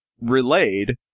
relayed